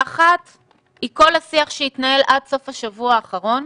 האחת, היא כל השיח שהתנהל עד סוף השבוע האחרון.